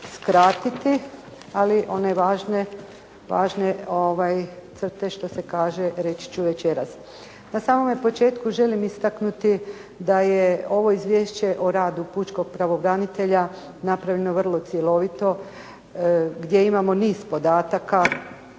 skratiti, ali one važne crte što se kaže reći ću večeras. Na samome početku želim istaknuti da je ovo izvješće o radu pučkog pravobranitelja napravljeno vrlo cjelovito gdje imamo niz podataka